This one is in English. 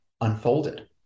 unfolded